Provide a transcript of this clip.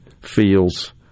feels